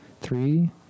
three